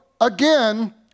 again